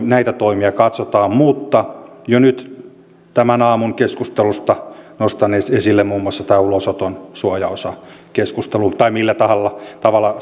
näitä toimia katsomme mutta jo nyt tämän aamun keskustelusta nostan esille muun muassa tämän ulosoton suojaosakeskustelun tai millä tavalla